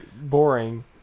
boring